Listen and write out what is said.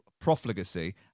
profligacy